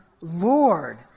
Lord